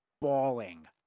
bawling